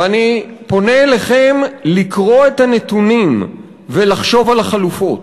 ואני פונה אליכם לקרוא את הנתונים ולחשוב על החלופות.